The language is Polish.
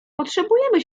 potrzebujemy